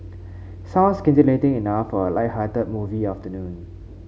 sounds scintillating enough for a lighthearted movie afternoon